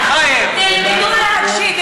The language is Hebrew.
תלמדו להקשיב.